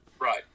Right